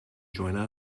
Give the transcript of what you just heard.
join